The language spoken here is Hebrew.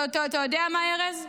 אתה יודע מה, ארז?